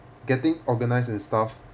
getting organized and stuff